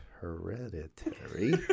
hereditary